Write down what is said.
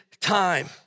time